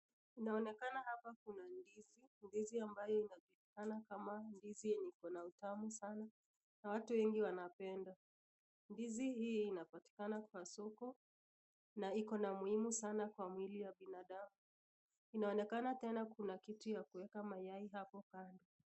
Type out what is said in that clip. Inaonekana hapa kuna ndizi, ndizi ambayo inajulikana kama ndizi iko na utamu sana na watu wengi wanaipenda. Ndizi hii inapatiakana kwa soko na iko na muhimu sana kwa mwili ya binadamu. Inaonekana pia kuna kitu ya kuweka mayai hapo kando.